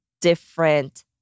different